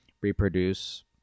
reproduce